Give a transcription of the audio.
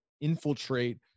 infiltrate